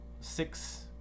six